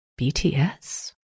BTS